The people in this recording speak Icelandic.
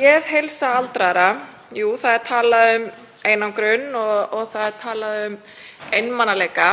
Geðheilsa aldraðra — jú, það er talað um einangrun og það er talað um einmanaleika,